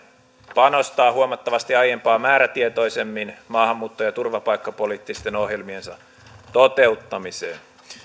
panostaa huomattavasti aiempaa määrätietoisemmin maahanmuutto ja ja turvapaikkapoliittisten ohjelmiensa toteuttamiseen